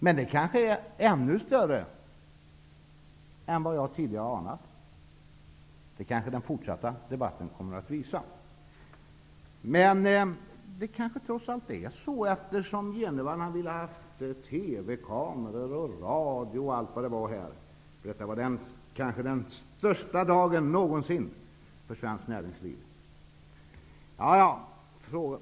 Men det är kanske ännu större än vad jag tidigare har anat. Möjligen kommer den fortsatta debatten att visa det. Herr Jenevall hade velat ha TV och radio osv. här i dag, och detta skulle vara den kanske största dagen någonsin för svenskt näringsliv.